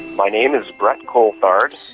my name is brett coulthard,